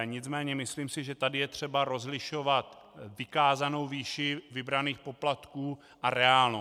Nicméně myslím si, že tady je třeba rozlišovat vykázanou výši vybraných poplatků a reálnou.